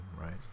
right